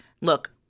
look